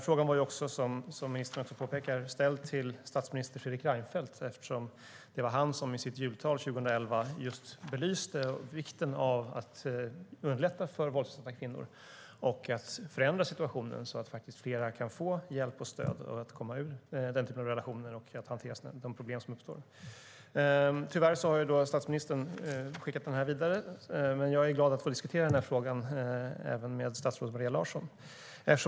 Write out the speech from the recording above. Frågan var, vilket ministern också påpekar, ställd till statsminister Fredrik Reinfeldt eftersom det var han som i sitt jultal 2011 belyste vikten av att underlätta för våldsutsatta kvinnor och förändra situationen så att fler kan få hjälp och stöd att komma ur den typen av relationer samt hantera de problem som uppstår. Tyvärr har statsministern skickat frågan vidare, men jag är glad att få diskutera den även med statsrådet Maria Larsson.